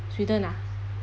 sweden ah